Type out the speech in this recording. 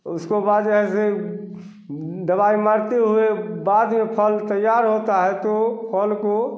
तो उसके बाद ऐसे दवाई मारते हुए बाद में फल तैयार होता है तो फल को